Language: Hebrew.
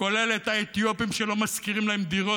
כולל את האתיופים שלא משכירים להם דירות,